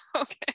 Okay